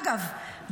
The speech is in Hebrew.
אגב,